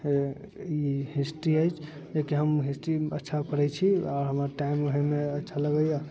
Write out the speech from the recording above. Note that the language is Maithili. ई हिस्ट्री अछि जेकि हम हिस्ट्री अच्छा पढ़ै छी आओर हमरा टाइम एहिमे अच्छा लगैए